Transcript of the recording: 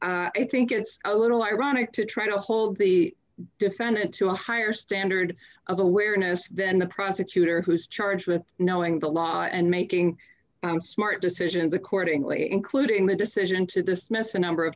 i think it's a little ironic to try to hold the defendant to a higher standard of awareness than the prosecutor who's charged with knowing the law and making smart decisions accordingly including the decision to dismiss a number of